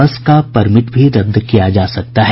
बस का परमिट भी रद्द किया जा सकता है